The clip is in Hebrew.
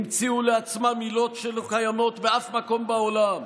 המציאו לעצמם עילות שלא קיימות באף מקום בעולם,